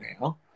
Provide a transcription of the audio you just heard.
now